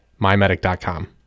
mymedic.com